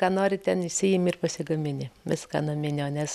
ką nori ten išsiimi ir pasigamini viską naminio nes